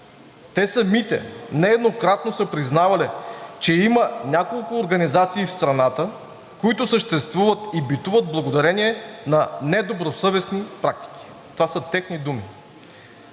Те самите нееднократно са признавали, че има няколко организации в страната, които съществуват и битуват благодарение на недобросъвестни практики. Това са техни думи.